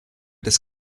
des